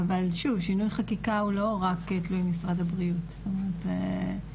אבל שוב שינוי חקיקה הוא לא רק תלוי משרד הבריאות זאת אומרת יש